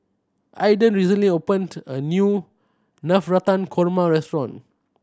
Ayden recently opened a new Navratan Korma restaurant